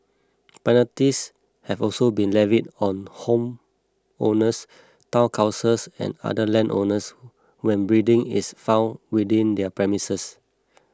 penalties have also been levied on homeowners Town Councils and other landowners when breeding is found within their premises